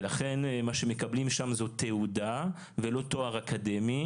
ולכן מה שמקבלים שם זאת תעודה ולא תואר אקדמי,